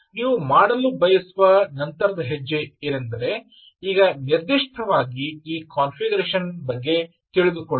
ನೀವು ಮಾಡಲು ಬಯಸುವ ನಂತರದ ಹೆಜ್ಜೆ ಎಂದರೆ ಈಗ ನಿರ್ದಿಷ್ಟವಾಗಿ ಈ ಕಾನ್ಫಿಗರೇಶನ್ ಬಗ್ಗೆ ತಿಳಿದುಕೊಳ್ಳುವುದು